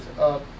up